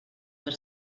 per